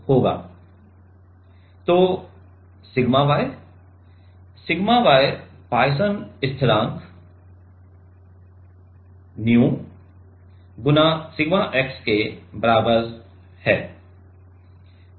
तो sigma y sigma y Poisson स्थिरांक nu गुणा सिग्मा x के बराबर है